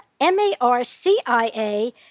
M-A-R-C-I-A